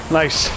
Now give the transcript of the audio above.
nice